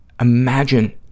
imagine